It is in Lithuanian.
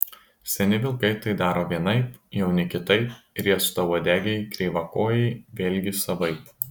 seni vilkai tai daro vienaip jauni kitaip riestauodegiai kreivakojai vėlgi savaip